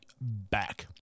back